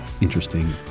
interesting